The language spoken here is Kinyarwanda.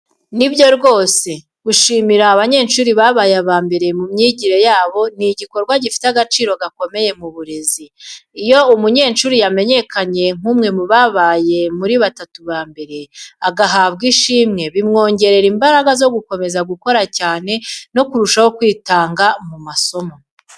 Ni byo rwose, gushimira abanyeshuri babaye aba mbere mu myigire yabo ni igikorwa gifite agaciro gakomeye mu burezi. Iyo umunyeshuri yamenyekanye nk’umwe mu babaye muri batatu ba mbere, agahabwa ishimwe, bimwongerera imbaraga zo gukomeza gukora cyane no kurushaho kwitanga mu masomo.